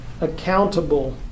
accountable